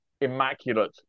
immaculate